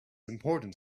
important